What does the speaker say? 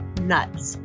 nuts